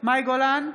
מאי גולן,